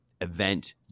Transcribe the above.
event